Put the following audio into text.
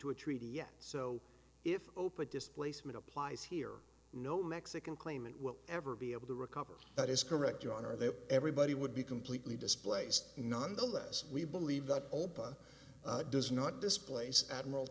to a treaty yet so if open displacement applies here no mexican claimant will ever be able to recover that is correct your honor that everybody would be completely displaced not unless we believe that obama does not displace admiral